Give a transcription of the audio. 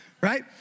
right